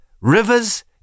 rivers